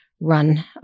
run